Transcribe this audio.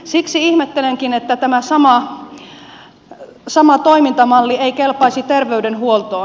siksi ihmettelenkin että tämä sama toimintamalli ei kelpaisi terveydenhuoltoon